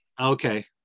Okay